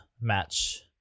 match